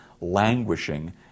languishing